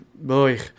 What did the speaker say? boy